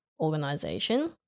organization